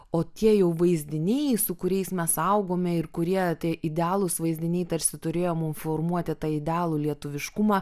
o tie vaizdiniai su kuriais mes augome ir kurie tie idealūs vaizdiniai tarsi turėjo mum formuoti tą idealų lietuviškumą